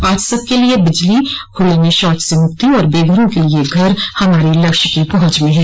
आज सबके लिए बिजली खुले में शौच से मुक्ति और बेघरों के लिए घर हमारी लक्ष्य की पहुंच में है